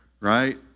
right